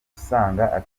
usanga